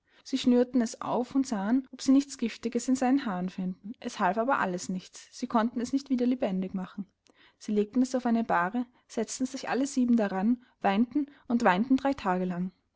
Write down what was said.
sie schnürten es auf und sahen ob sie nichts giftiges in seinen haaren fänden es half aber alles nichts sie konnten es nicht wieder lebendig machen sie legten es auf eine bahre setzten sich alle sieben daran weinten und weinten drei tage lang